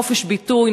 חופש ביטוי,